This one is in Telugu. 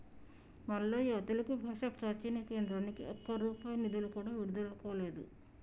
మల్లయ్య తెలుగు భాష ప్రాచీన కేంద్రానికి ఒక్క రూపాయి నిధులు కూడా విడుదల కాలేదు